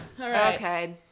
Okay